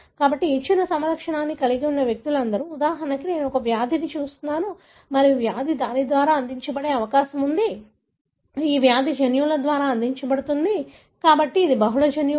కాబట్టి ఇచ్చిన సమలక్షణాన్ని కలిగి ఉన్న వ్యక్తులందరూ ఉదాహరణకు నేను ఒక వ్యాధిని చూస్తున్నాను మరియు వ్యాధి దాని ద్వారా అందించబడే అవకాశం ఉంది ఈ వ్యాధి జన్యువుల ద్వారా అందించబడుతుంది కానీ బహుళ జన్యువులు